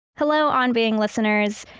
hello, on being listeners!